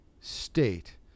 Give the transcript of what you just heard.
state